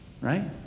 Right